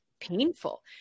painful